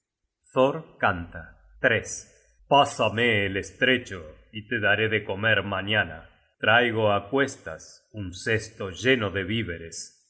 thor canta pásame el estrecho y te daré de comer mañana traigo á cuestas un cesto lleno de víveres